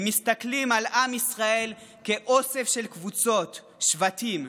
הם מסתכלים על עם ישראל כאוסף של קבוצות, שבטים.